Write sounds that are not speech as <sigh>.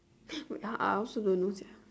<noise> wait ah I also don't know sia